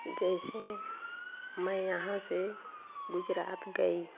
जैसे मैं यहाँ से गुजरात गई